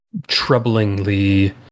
troublingly